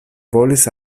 volis